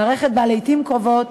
מערכת שבה לעתים קרובות